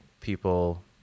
people